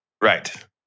right